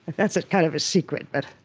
that's ah kind of a secret. but